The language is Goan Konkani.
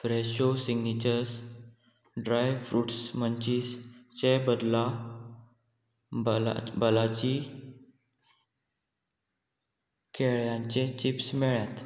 फ्रॅशो सिग्नेचर्स ड्राय फ्रुट्स मंचीसचे बदला बला बलाजी केळ्यांचे चिप्स मेळ्ळ्यात